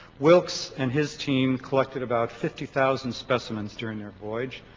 wilkes and his team collected about fifty thousand specimens during their voyage.